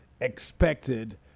expected